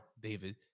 David